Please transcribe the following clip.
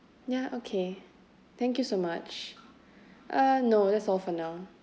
ya okay thank you so much uh no that's all for now